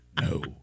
no